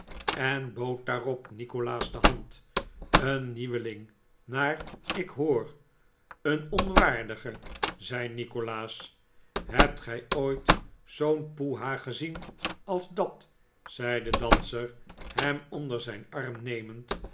en bood daarop nikolaas de hand een nieuweling naar ik hoor een onwaardige zei nikolaas hebt gij ooit zoo'n poeha gezien als dat zei de danser hem onder zijn arm nemend